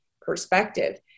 perspective